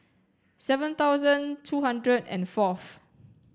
seven thousand two hundred and fourth